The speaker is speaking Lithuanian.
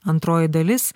antroji dalis